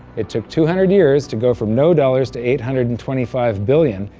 it took two hundred years to go from no dollars to eight hundred and twenty five billion.